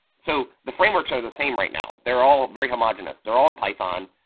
so the frameworks are the same right now. they're all very homogenous, they're on python,